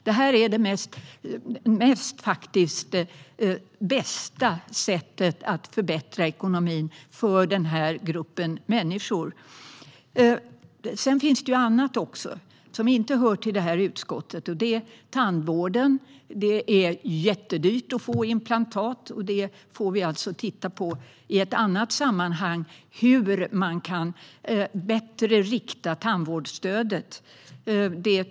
Det är det bästa sättet att förbättra ekonomin för denna grupp. Det finns annat som inte hör till detta utskott. Det gäller till exempel tandvård. Det är jättedyrt att få implantat. Vi får i ett annat sammanhang titta på hur man kan rikta tandvårdsstödet bättre.